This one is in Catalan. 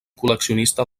col·leccionista